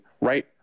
right